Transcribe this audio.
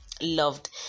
loved